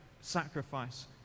sacrifice